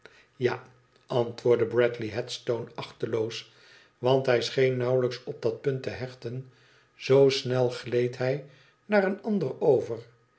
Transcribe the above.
tja antwoordde bradley headstone achteloos want hij scheen nauwelijks op dat punt te hechten zoo snel gleed hij naar een ander over